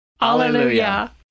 Hallelujah